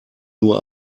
nur